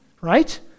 right